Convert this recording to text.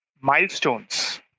milestones